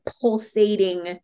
pulsating